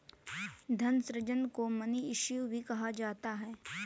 धन सृजन को मनी इश्यू भी कहा जाता है